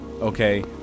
okay